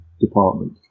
department